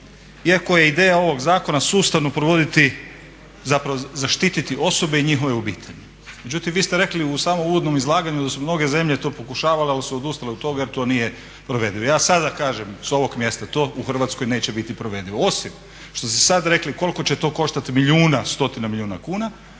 iako je ideja ovog zakona sustavno provoditi, zapravo zaštiti osobe i njihove obitelji. Međutim, vi ste rekli u samom uvodnom izlaganju da su mnoge zemlje to pokušavale ali su odustale od toga jer to nije provedivo. Ja sada kažem s ovog mjesta to u Hrvatskoj neće biti provedivo. Osim što ste sada rekli koliko će to koštati milijuna, stotina milijuna kuna